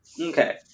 Okay